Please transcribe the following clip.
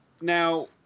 Now